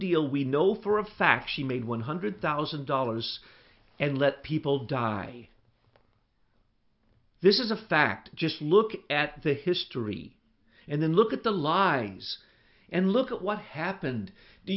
deal we know for a fact she made one hundred thousand dollars and let people die this is a fact just look at the history and then look at the lies and look at what happened do